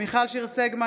מיכל שיר סגמן,